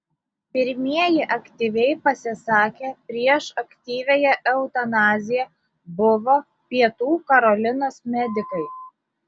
pirmieji aktyviai pasisakę prieš aktyviąją eutanaziją buvo pietų karolinos medikai